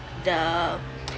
the